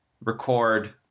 record –